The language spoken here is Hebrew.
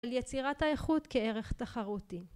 על יצירת האיכות כערך תחרותי